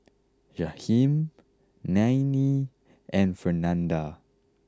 Jahiem Nanie and Fernanda